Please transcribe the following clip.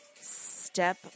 step